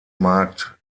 markt